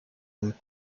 and